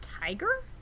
tiger